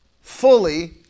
fully